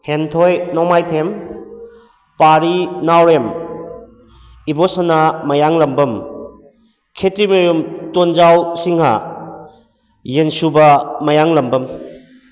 ꯍꯦꯟꯊꯣꯏ ꯅꯣꯡꯃꯥꯏꯊꯦꯝ ꯄꯥꯔꯤ ꯅꯥꯎꯔꯦꯝ ꯏꯕꯣꯁꯅꯥ ꯃꯌꯥꯡꯂꯝꯕꯝ ꯈꯦꯇ꯭ꯔꯤꯃꯌꯨꯝ ꯇꯣꯟꯖꯥꯎ ꯁꯤꯡꯍꯥ ꯌꯦꯟꯁꯨꯕ ꯃꯌꯥꯡꯂꯝꯕꯝ